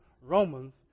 Romans